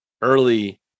early